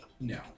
No